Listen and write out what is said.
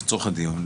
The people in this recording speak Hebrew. לצורך הדיון,